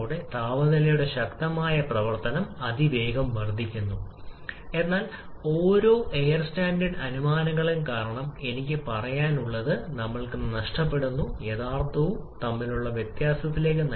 രാസപ്രവർത്തനം കാരണം ഇവിടെ കൂടുതൽ മോളുകൾ ഉൽപാദിപ്പിക്കപ്പെടുന്നു ഇത് ഒരു തന്മാത്രാ വികാസത്തിന്റെ ഉദാഹരണം